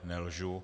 Nelžu.